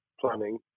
planning